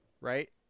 Right